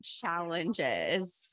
challenges